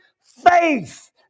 faith